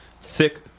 thick